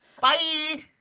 Bye